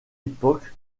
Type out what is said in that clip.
époque